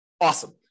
Awesome